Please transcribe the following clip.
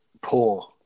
poor